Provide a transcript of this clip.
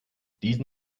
diesen